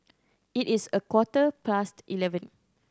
it is a quarter past eleven